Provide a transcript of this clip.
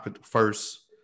first